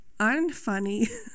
unfunny